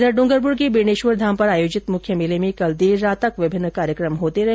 इधर डूंगरपुर के बेणेश्वर धाम पर आयोजित मुख्य मेले में कल देर रात तक विभिन्न कार्यक्रमों का आयोजन किया गया